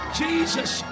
jesus